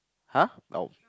!huh! oh